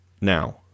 now